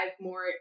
more